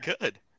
good